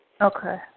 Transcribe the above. Okay